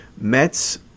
METs